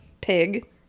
pig